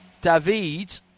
David